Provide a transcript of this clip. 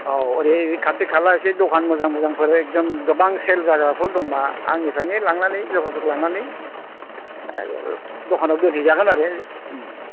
औ एरै खाथि खाला एसे दखान मोजां मोजांफोर एकदम गोबां सेल जाग्राफोर दंबा आंनिफ्राइनो लांनानै जगाजग लांनानै दखानाव दोनहै जागोन आरो